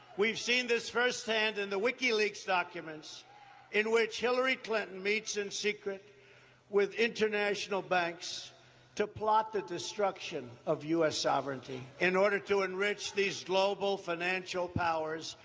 seen this firsthand in the wikileaks documents in which hillary clinton meets in secret with international banks to plot the destruction of u s. sovereignty in order to enrich these global financial powers,